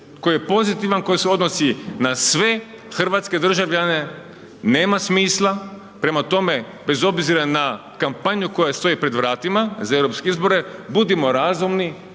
koji je pozitivan, koji se odnosi na sve hrvatske državljane, nema smisla, prema tome, bez obzira na kampanju koja stoji pred vratima za europske izbore, budimo razumni,